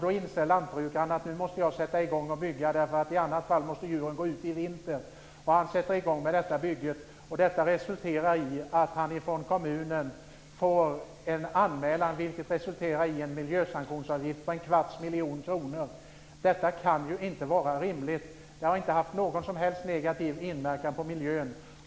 Då inser lantbrukaren att nu måste jag sätta i gång att bygga, för i annat fall måste djuren gå ute i vinter. Han sätter i gång med bygget, och detta resulterar i att han från kommunen får en anmälan, vilket resulterar i en miljösanktionsavgift på en kvarts miljon kronor. Detta kan ju inte vara rimligt. Det har inte haft någon som helst negativ inverkan på miljön.